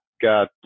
got